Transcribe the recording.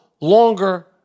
longer